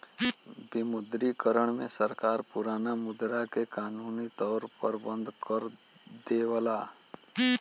विमुद्रीकरण में सरकार पुराना मुद्रा के कानूनी तौर पर बंद कर देवला